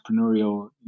entrepreneurial